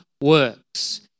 works